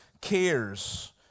cares